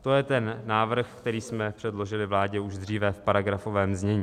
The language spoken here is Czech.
To je ten návrh, který jsme předložili vládě už dříve v paragrafovém znění.